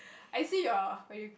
I see your when you